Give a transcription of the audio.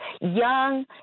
young